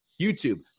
youtube